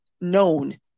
known